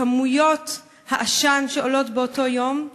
וכמויות העשן שעולות באותו יום.